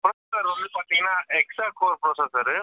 processor வந்து பார்த்திங்கனா extra core processor